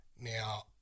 Now